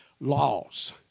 laws